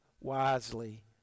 wisely